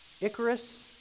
Icarus